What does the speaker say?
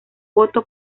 voto